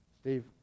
Steve